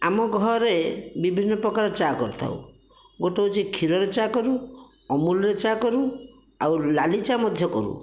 ଆମ ଘରେ ବିଭିନ୍ନ ପ୍ରକାର ଚା କରିଥାଉ ଗୋଟିଏ ହେଉଛି କ୍ଷୀରରେ ଚା କରୁ ଅମୁଲରେ ଚା କରୁ ଆଉ ଲାଲି ଚା ମଧ୍ୟ କରୁ